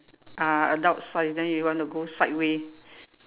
uh adult sized then you want to go sideway